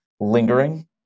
lingering